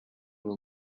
will